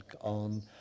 on